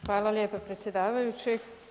Hvala lijepa predsjedavajući.